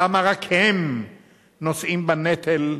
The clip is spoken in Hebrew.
למה רק הם נושאים בנטל,